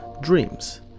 dreams